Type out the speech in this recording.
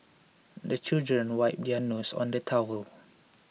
the children wipe their noses on the towel